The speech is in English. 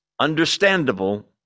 understandable